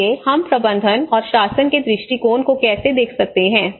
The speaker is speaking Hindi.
इसलिए हम प्रबंधन और शासन के दृष्टिकोण को कैसे देख सकते हैं